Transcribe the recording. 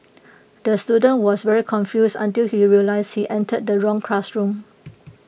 the student was very confused until he realised he entered the wrong classroom